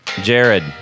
Jared